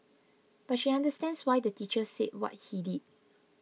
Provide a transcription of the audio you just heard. but she understands why the teacher said what he did